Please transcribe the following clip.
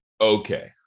okay